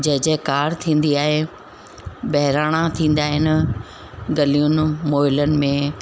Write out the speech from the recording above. जय जयकार थींदी आहे बहिराणा थींदा आहिनि गलियुनि मोहलनि में